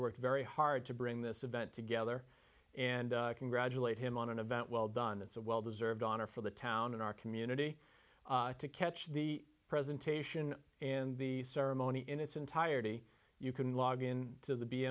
worked very hard to bring this event together and congratulate him on an event well done so well deserved honor for the town in our community to catch the presentation and the ceremony in its entirety you can log in to the b